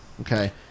Okay